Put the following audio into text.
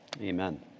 Amen